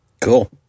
cool